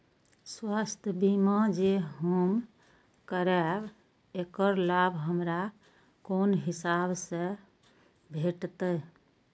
स्वास्थ्य बीमा जे हम करेब ऐकर लाभ हमरा कोन हिसाब से भेटतै?